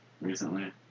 recently